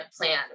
plan